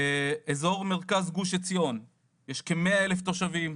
אזור מרכז גוש עציון, יש כ-100,000 תושבים,